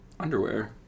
Underwear